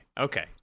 Okay